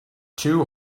two